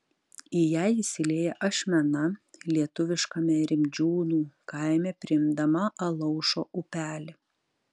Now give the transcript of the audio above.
į ją įsilieja ašmena lietuviškame rimdžiūnų kaime priimdama alaušo upelį